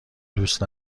دوست